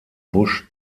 busch